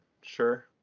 sure